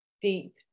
deep